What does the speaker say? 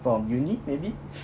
from uni maybe